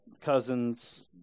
cousins